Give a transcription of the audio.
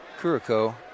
Kuriko